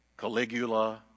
Caligula